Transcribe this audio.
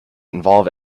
involve